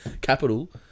capital